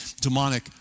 demonic